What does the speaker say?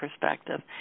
Perspective